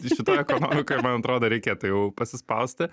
šitoj ekonomikoj man atrodo reikėtų jau pasispausti